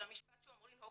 של המשפט שהוא אמור לנהוג,